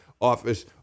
office